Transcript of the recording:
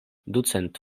ducent